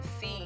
see